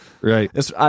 Right